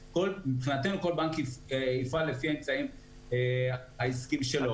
מבחינתנו כל בנק יפעל לפי האמצעים העסקיים שלו,